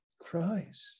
christ